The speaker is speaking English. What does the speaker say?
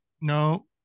No